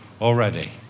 already